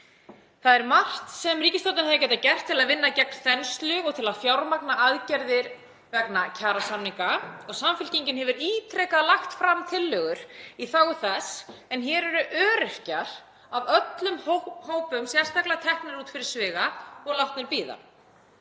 Það er margt sem ríkisstjórnin hefði getað gert til að vinna gegn þenslu og til að fjármagna aðgerðir vegna kjarasamninga og Samfylkingin hefur ítrekað lagt fram tillögur í þágu þess, en hér eru öryrkjar af öllum hópum sérstaklega teknir út fyrir sviga og látnir bíða.